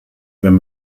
wenn